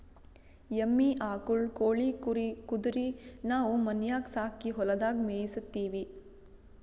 ಎಮ್ಮಿ ಆಕುಳ್ ಕೋಳಿ ಕುರಿ ಕುದರಿ ನಾವು ಮನ್ಯಾಗ್ ಸಾಕಿ ಹೊಲದಾಗ್ ಮೇಯಿಸತ್ತೀವಿ